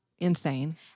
insane